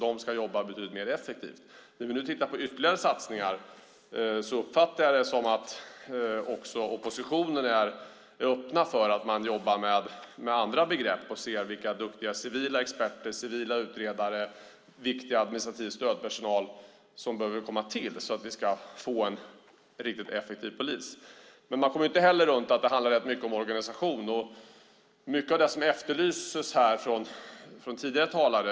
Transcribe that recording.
De ska jobba betydligt mer effektivt. När vi nu tittar på ytterligare satsningar uppfattar jag det som att också oppositionen är öppen för att man jobbar med andra begrepp och ser vilka duktiga civila experter och civila utredare och vilken viktig administrativ stödpersonal som behöver komma till för att vi ska få en riktigt effektiv polis. Men man kommer inte runt att det handlar rätt mycket om organisation. Det är mycket som efterlyses här från tidigare talare.